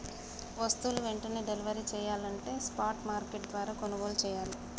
వస్తువులు వెంటనే డెలివరీ చెయ్యాలంటే స్పాట్ మార్కెట్ల ద్వారా కొనుగోలు చెయ్యాలే